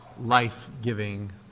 life-giving